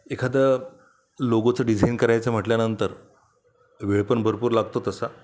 एखादं लोगोचं डिझाईन करायचं म्हटल्यानंतर वेळ पण भरपूर लागतो तसा